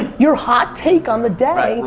your hot take on the day.